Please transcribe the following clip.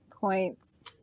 points